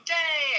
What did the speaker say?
day